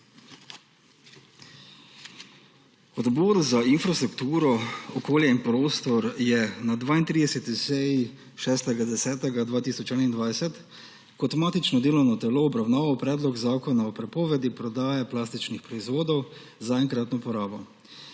Odbor za infrastrukturo, okolje in prostor je na 32. seji 6. 10. 2021 kot matično delovno telo obravnaval Predlog zakona o prepovedi prodaje plastičnih proizvodov za enkratno uporabo,